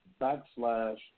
backslash